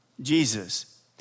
Jesus